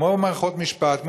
כמו מערכות המשפט,